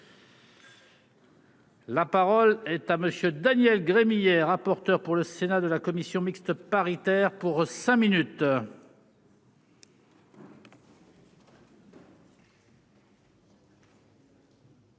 La parole est à Monsieur Daniel Gremillet, rapporteur pour le Sénat de la commission mixte paritaire pour 5 minutes.